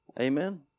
Amen